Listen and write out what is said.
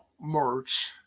merch